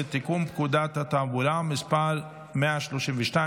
פקודת היבוא והיצוא (מס' 6), התשפ"ד